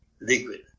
liquid